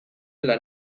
lan